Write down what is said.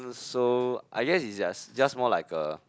so I guess it's just just more like a